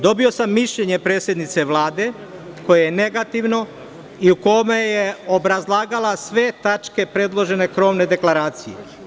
Dobio sam mišljenje predsednice Vlade, koje je negativno, i u kome je obrazlagala sve tačke predložene krovne deklaracije.